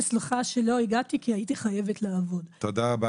וסליחה שלא הגעתי כי הייתי חייבת לעבוד." אני מודה לך.